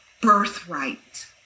birthright